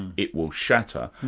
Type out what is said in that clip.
and it will shatter,